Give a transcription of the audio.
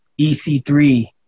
EC3